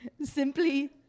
simply